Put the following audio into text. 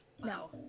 No